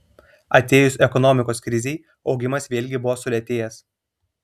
atėjus ekonomikos krizei augimas vėlgi buvo sulėtėjęs